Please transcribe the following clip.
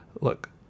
Look